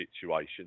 situation